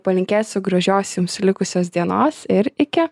palinkėsiu gražios jums likusios dienos ir iki